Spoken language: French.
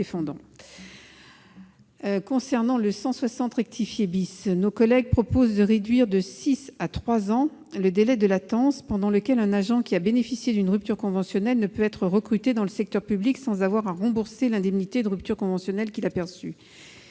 l'amendement n° 160 rectifié, qui vise à réduire de six à trois ans le délai de latence pendant lequel un agent qui a bénéficié d'une rupture conventionnelle ne peut être recruté dans le secteur public sans avoir à rembourser l'indemnité de rupture conventionnelle qu'il a perçue.